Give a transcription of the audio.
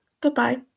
Goodbye